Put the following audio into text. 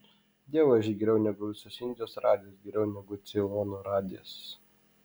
dievaži geriau negu visos indijos radijas geriau negu ceilono radijas